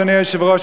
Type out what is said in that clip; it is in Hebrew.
אדוני היושב-ראש,